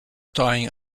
tying